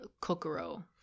kokoro